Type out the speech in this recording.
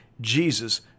Jesus